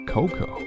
Coco